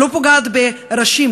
היא לא פוגעת בראשים,